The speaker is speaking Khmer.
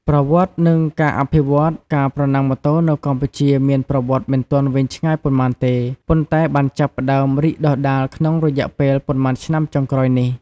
ប្រវត្តិ និងការអភិវឌ្ឍន៍ ការប្រណាំងម៉ូតូនៅកម្ពុជាមានប្រវត្តិមិនទាន់វែងឆ្ងាយប៉ុន្មានទេ ប៉ុន្តែបានចាប់ផ្តើមរីកដុះដាលក្នុងរយៈពេលប៉ុន្មានឆ្នាំចុងក្រោយនេះ។